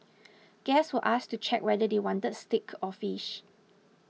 guests were asked to check whether they wanted steak or fish